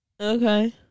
Okay